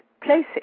places